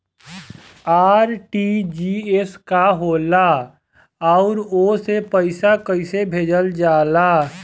RTGS का होला आउरओ से पईसा कइसे भेजल जला?